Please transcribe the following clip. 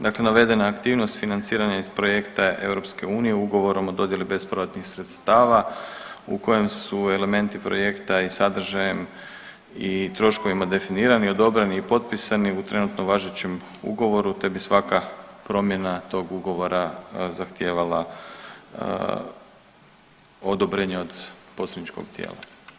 Dakle, navedena aktivnost financiranje iz projekta je EU ugovorom o dodjeli bespovratnih sredstava u kojem su elementi projekta i sadržajem i troškovima definirani, odobreni i potpisani u trenutno važećem ugovoru te bi svaka promjena tog ugovora zahtijevala odobrenje od posredničkog tijela.